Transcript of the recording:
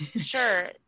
sure